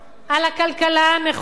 על הכלכלה הנכונה,